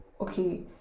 Okay